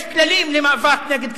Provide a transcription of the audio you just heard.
יש כללים למאבק נגד כיבוש.